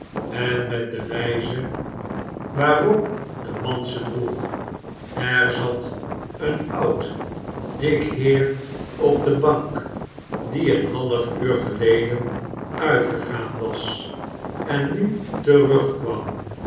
en met de wijze waarop de man ze droeg er zat een oud dik heer op de bank die een half uur geleden uitgegaan was en nu terugkwam